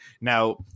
Now